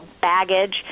baggage